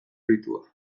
fruitua